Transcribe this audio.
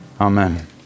Amen